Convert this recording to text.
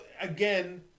again